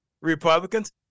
Republicans